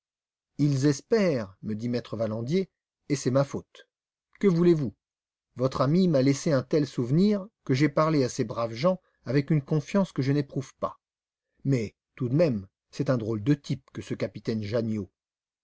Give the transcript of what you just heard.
ils espèrent me dit m e valandier et c'est ma faute que voulez-vous votre ami m'a laissé un tel souvenir que j'ai parlé à ces braves gens avec une confiance que je n'éprouve pas mais tout de même c'est un drôle de type que ce capitaine janniot